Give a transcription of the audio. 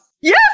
Yes